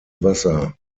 wasser